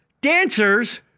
dancers